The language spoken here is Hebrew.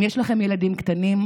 אם יש לכם ילדים קטנים,